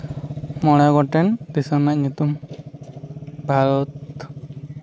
ᱢᱚᱬᱮ ᱜᱚᱴᱮᱱ ᱫᱤᱥᱚᱢ ᱨᱮᱱᱟᱜ ᱧᱩᱛᱩᱢ ᱵᱷᱟᱨᱚᱛ